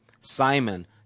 Simon